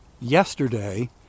yesterday